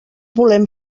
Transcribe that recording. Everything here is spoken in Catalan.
volem